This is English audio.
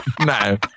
No